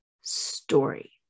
story